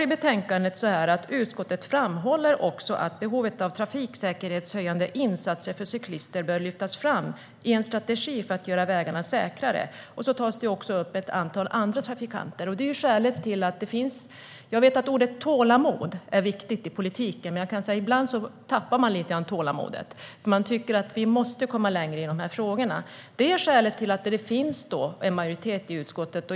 I betänkandet står följande: "Utskottet framhåller också att behovet av trafiksäkerhetshöjande insatser för cyklister bör lyftas fram i en strategi för att göra vägarna säkrare." Det tas också upp ett antal andra trafikanter. Jag vet att ordet tålamod är viktigt i politiken, men ibland tappar man tålamodet. Vi måste komma längre i frågorna. Det är skälet till att det finns en majoritet i utskottet.